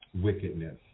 wickedness